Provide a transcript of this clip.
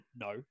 no